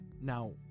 now